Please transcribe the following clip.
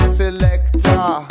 selector